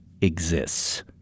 exists